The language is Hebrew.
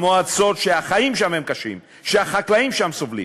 שהחיים שם קשים, שהחקלאים שם סובלים,